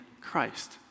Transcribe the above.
Christ